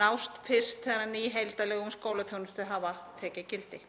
náist fyrst þegar ný heildarlög um skólaþjónustu hafa tekið gildi.